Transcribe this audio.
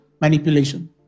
manipulation